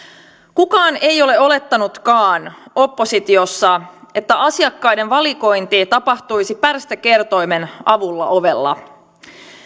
kukaan ei ole olettanutkaan oppositiossa että asiakkaiden valikointi tapahtuisi pärstäkertoimen avulla ovella